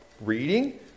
Reading